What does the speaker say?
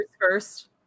first